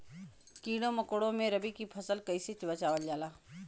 कीड़ों मकोड़ों से रबी की फसल के कइसे बचावल जा?